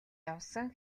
явсан